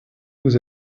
vous